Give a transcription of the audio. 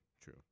True